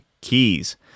keys